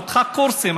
היא פתחה קורסים,